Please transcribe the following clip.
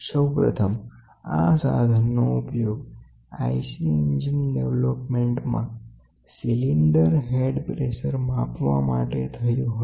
સૌપ્રથમ આ સાધનનો ઉપયોગ IC એન્જિન ડેવલોપમેન્ટ માં સિલિન્ડર હેડ પ્રેશર માપવા માટે થયો હતો